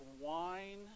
wine